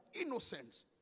innocence